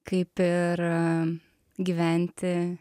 kaip ir gyventi